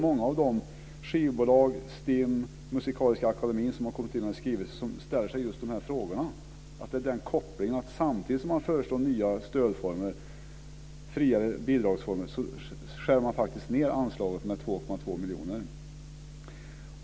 Många av skivbolagen samt STIM och Musikaliska akademin har kommit in med skrivelser och ställer sig just frågorna om den här kopplingen. Samtidigt som man föreslår nya stödformer och friare bidragsformer skär man ned anslaget med 2,2 miljoner.